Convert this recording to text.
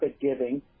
giving